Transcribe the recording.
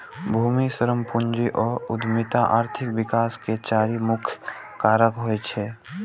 भूमि, श्रम, पूंजी आ उद्यमिता आर्थिक विकास के चारि मुख्य कारक होइ छै